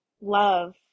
love